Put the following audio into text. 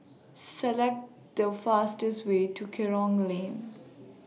Select The fastest Way to Kerong Lane